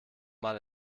mal